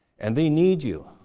and they need you,